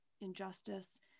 injustice